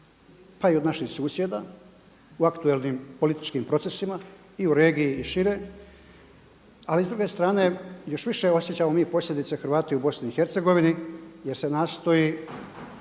pa i od naših susjeda u aktuelnim političkim procesima i u regiji i šire, ali s druge strane još više osjećamo mi posljedice Hrvati u Bosni i Hercegovini